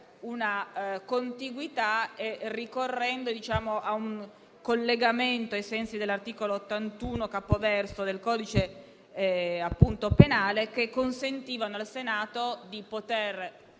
una contiguità e ricorrendo ad un collegamento, ai sensi dell'articolo 81 del codice penale, che consentiva al Senato di poter